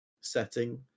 setting